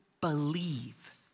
believe